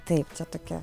taip čia tokia